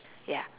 ya